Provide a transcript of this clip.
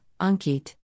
Ankit